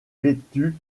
vêtue